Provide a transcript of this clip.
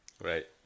Right